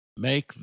make